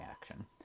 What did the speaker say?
action